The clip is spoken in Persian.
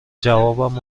جوابم